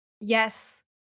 Yes